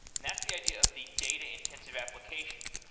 and that's the idea of the data intensive application.